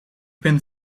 ben